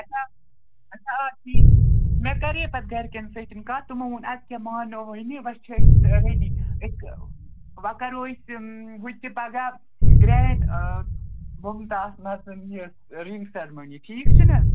اَچھا اَچھا آ ٹھیٖک مےٚ کَریے پَتہٕ گَرِکٮ۪ن سۭتۍ کَتھ تِمَو ووٚن اَدٕ کیٛاہ مانو وۅنی وۅنۍ چھِ أسۍ ریڈی أسۍ وۅنۍ کَرو أسۍ ہُتہِ پَگاہ گرٛینٛڈ آسنَس یہِ رِنٛگ سٔرمنی ٹھیٖک چھُنا